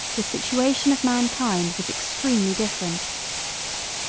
the situation of mankind was extremely different.